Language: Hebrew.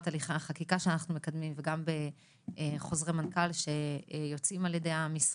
הליכי החקיקה שאנחנו מקדמים וגם בחוזרי מנכ"ל שיוצאים על ידי המשרד,